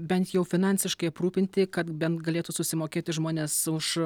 bent jau finansiškai aprūpinti kad bent galėtų susimokėti žmonės už